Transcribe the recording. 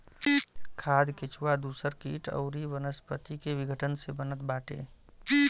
खाद केचुआ दूसर किट अउरी वनस्पति के विघटन से बनत बाटे